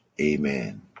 Amen